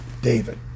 David